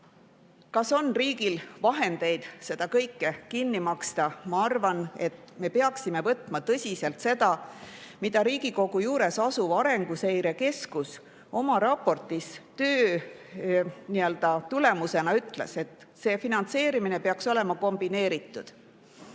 riigil on vahendeid seda kõike kinni maksta? Ma arvan, et me peaksime võtma tõsiselt seda, mida Riigikogu juures asuv Arenguseire Keskus oma raportis on öelnud, et see finantseerimine peaks olema kombineeritud.